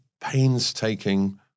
painstaking